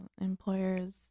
employers